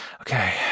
Okay